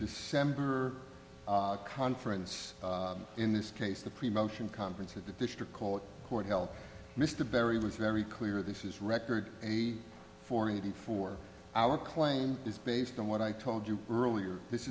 december conference in this case the pre motion conference of the district called court hell mr barry was very clear this is record eighty four eighty four our claim is based on what i told you earlier this